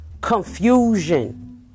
confusion